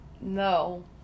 No